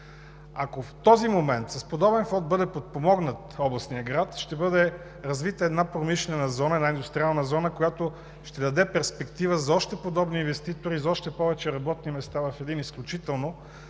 Ако в този момент с подобен фонд бъде подпомогнат областният град, ще бъде развита една промишлена зона, една индустриална зона, която ще даде перспектива за още подобни инвеститори, за още повече работни места в един изключително